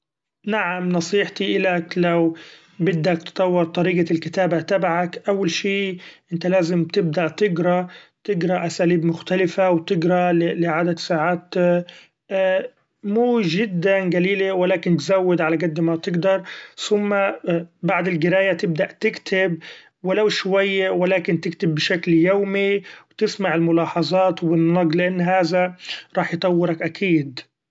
نعم نصيحتي إلك لو بدك تطور طريقة الكتابة تبعك أول شي أنت لازم تبدأ تقرا تقرا أساليب مختلفة و تقرا ل-لعدد ساعات مو جدا قليلي و لكن تزود علي جد ما تجدر ، ثم بعد القرايه تبدأ تكتب ولو شويي و لكن تكتب بشكل يومي و تسمع الملاحظات لأن هذا رح يطورك أكيد.